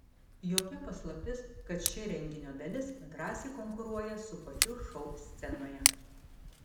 jokia paslaptis kad ši renginio dalis drąsiai konkuruoja su pačiu šou scenoje